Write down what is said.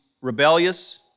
rebellious